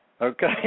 okay